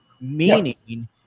Meaning